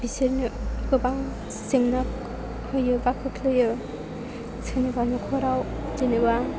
बिसोरनो गोबां जेंना होयो एबा खोख्लैयो जेनेबा न'खराव जेनेबा